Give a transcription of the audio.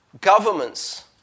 governments